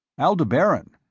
aldebaran.